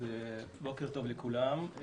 בוקר טוב לכולם.